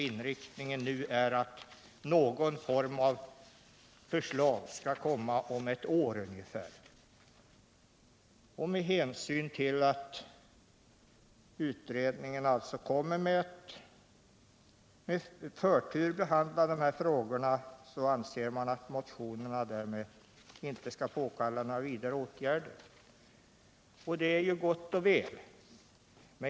Inriktningen nu är alltså att någon form av förslag skall framläggas om ungefär ett år. Med hänsyn till att utredningen alltså med förtur kommer att behandla dessa frågor anser utskottet att några vidare åtgärder inte är påkallade. Det är ju gott och väl.